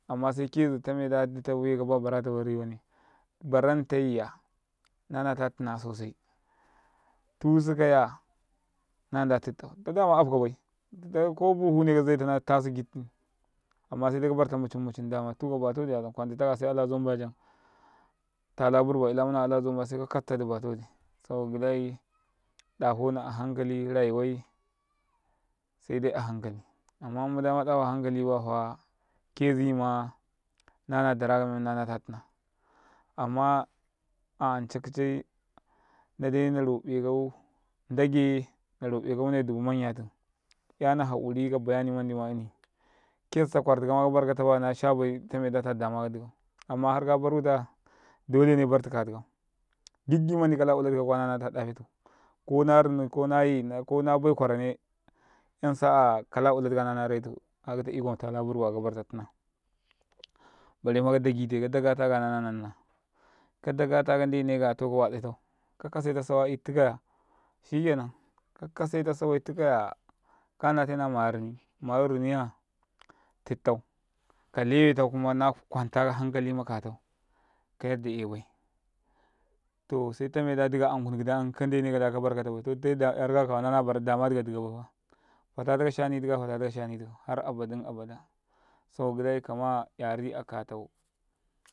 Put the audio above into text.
﻿Amma se kezi tameda weka ba barata bai riwane barantayya nala tina sosai tusukaya nan da tiɗtaȕ dita dama abkabai kabuhune ka ნeta na tasi giɗtini amma saidai kabarta mucim mucim amma saidai kabarta mucim tuka ba wadiya kwanti aka ya sai ala zambaiya jam tala burba ˥ila muna ka ala zambaidam sai kakastadi batawadi saboka gidai ɗafona ahankali, ruyuwai saidai ahankali. Amma muda maɗafa ahankali bayafa kezima nana daraka memmandi nanata tina amma ancakchi ndidai naroǩeka ndagai naroǩeka kane duku manyatum, 'yana haǩuri kabayani mandi mayunui kezitta kwartukama kabarkatabaya shabai tameda tadama ka ɗika, amma harka barutaya ɗolene bartu katikaȕ gimanɗi kalaulatika kuwa nalata ɗafetȕ ko narini konaye kona bai kwara rane y'an sa'aya kala ulatikaya nala retu akata iko matala burba kabarta tina barema kadagita kadaga takaya nala nanna kadataka nɗenekaya to kawatsetau ka kage ta sawa'i, tikaya shikenan ka kase ta sawa'i tikaya kannate na maya rini, mayu riniya tiɗtau kalewe tau kuma na kwanta hankali makatau kayadda yewai toh sai yam kandene kada kabarkatabai to ditai yarika kawa ya na damadi kaɗika bai, fatataka kashani tiya fata taka kashani tikau har a badin abada sai grekama yani akatau.